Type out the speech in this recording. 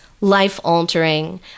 life-altering